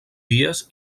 vies